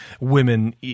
women